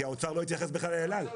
כי האוצר לא התייחס בכלל לאל-על.